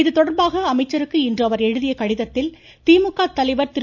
இதுதொடர்பாக அமைச்சருக்கு இன்று அவர் எழுதிய கடிதத்தில் திமுக தலைவர் திரு